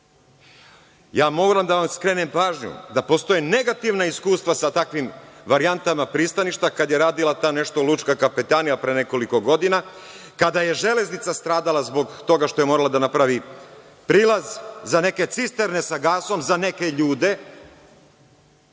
moram da vam skrenem pažnju da postoje negativna iskustva sa takvim varijantama pristaništa, kada je radila ta lučka kapetanija pre nekoliko godina, kada je „Železnica“ stradala zbog toga što je morala da napravi prilaz za neke cisterne sa gasom za neke ljude.